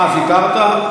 אה, ויתרת?